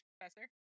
professor